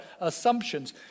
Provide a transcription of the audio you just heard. assumptions